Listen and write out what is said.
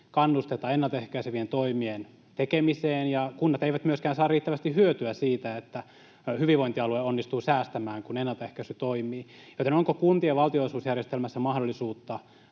kannusteta ennaltaehkäisevien toimien tekemiseen, ja kunnat eivät myöskään saa riittävästi hyötyä siitä, että hyvinvointialue onnistuu säästämään, kun ennaltaehkäisy toimii. Joten onko kuntien valtionosuusjärjestelmässä mahdollisuutta